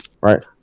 right